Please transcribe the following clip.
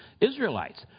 Israelites